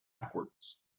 backwards